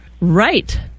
Right